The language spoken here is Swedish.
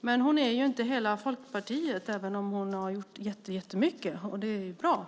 Men hon är ju inte hela Folkpartiet, även om hon har gjort jättemycket, och det är bra.